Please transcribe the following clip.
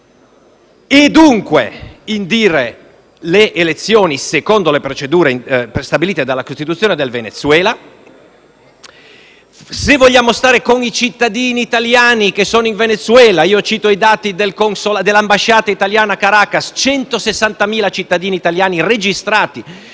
e dunque indire le elezioni secondo le procedure stabilite dalla Costituzione del Venezuela; se vogliamo stare con i cittadini italiani che sono in Venezuela. Secondo i dati dell'ambasciata italiana a Caracas, sono 160.000 i cittadini italiani registrati